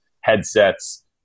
headsets